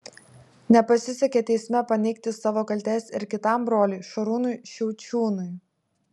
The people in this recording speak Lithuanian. nepasisekė teisme paneigti savo kaltės ir kitam broliui šarūnui šiaučiūnui